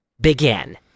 Begin